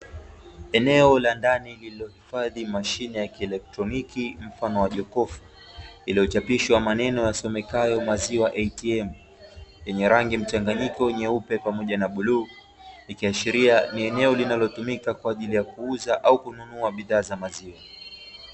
Eneo la ndani lililohifadhi mashine ya kielektroniki mfano jokofu, lililochapisha maneno yasomekayo "maziwa ATM", yenye rangi mchanganyiko nyeupe pamoja na bluu. Likiashiria ni eneo linotumika kwa ajili ya kuuza au kununua bidhaa za maziwa.